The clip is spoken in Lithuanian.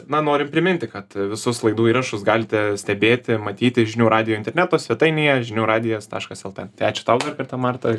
na norim priminti kad visus laidų įrašus galite stebėti matyti žinių radijo interneto svetainėje žinių radijas taškas lt tai ačiū tau dar kartą marta